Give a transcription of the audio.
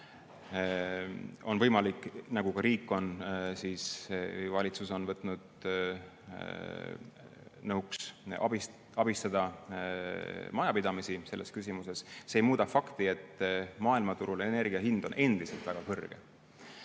On võimalik, nagu riik või valitsus on nõuks võtnudki, abistada majapidamisi selles küsimuses. See aga ei muuda fakti, et maailmaturul on energia hind endiselt väga kõrge.